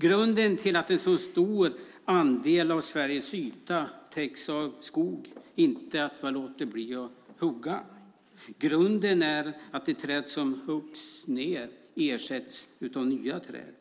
Grunden till att en så stor andel av Sveriges yta täcks av skog är inte att man låter bli att hugga ned träd. Grunden är att de träd som huggs ned ersätts av nya träd.